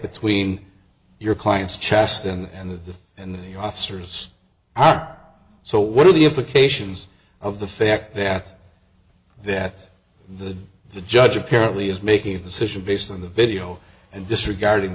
between your client's chest and the and the officers so what are the implications of the fact that that the the judge apparently is making a decision based on the video and disregarding